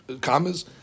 commas